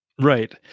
Right